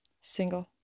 single